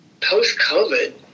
post-COVID